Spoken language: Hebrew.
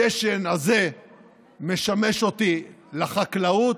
הדשן הזה משמש אותי לחקלאות.